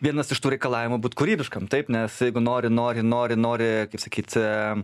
vienas iš tų reikalavimų būt kūrybiškam taip nes jeigu nori nori nori nori kaip sakyt